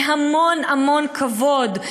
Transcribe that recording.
בהמון המון כבוד?